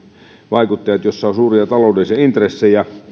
vaikuttajat joilla on suuria taloudellisia intressejä